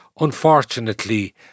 unfortunately